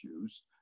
issues